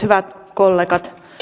hyvät kollegat